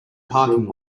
parking